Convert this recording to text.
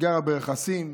גרה ברכסים.